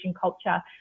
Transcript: culture